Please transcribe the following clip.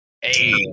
Hey